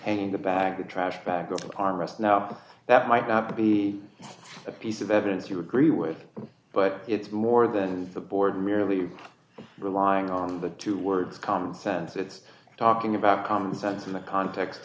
hanging the bag of trash bags armrest now that might not be a piece of evidence you agree with but it's more than the board merely relying on the two words common sense it's talking about common sense in the context